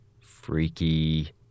Freaky